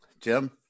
Jim